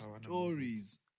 stories